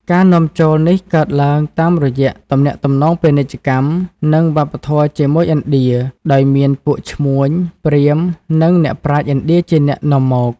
ការនាំចូលនេះកើតឡើងតាមរយៈទំនាក់ទំនងពាណិជ្ជកម្ម និងវប្បធម៌ជាមួយឥណ្ឌា ដោយមានពួកឈ្មួញ ព្រាហ្មណ៍ និងអ្នកប្រាជ្ញឥណ្ឌាជាអ្នកនាំមក។